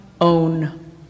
own